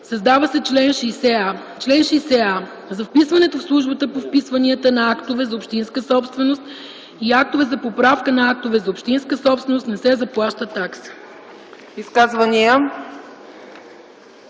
Създава се чл. 60а: „Чл. 60а. За вписването в службата по вписванията на актове за общинска собственост и актове за поправка на актове за общинска собственост не се заплаща такса.”